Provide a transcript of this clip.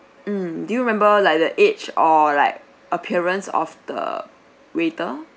mm do you remember like the age or like appearance of the waiter